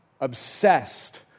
obsessed